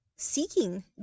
seeking